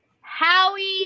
Howie